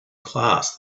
class